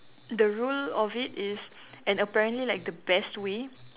the rule of it is and apparently like the best way